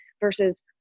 versus